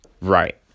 right